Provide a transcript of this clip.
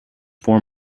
four